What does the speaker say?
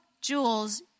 jewels